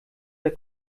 der